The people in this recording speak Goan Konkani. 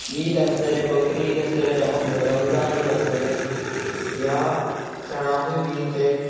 ईद आसतले बकरी ईद आसतले रम रमजान ईद आसतले ह्या सणाकूय बीन ते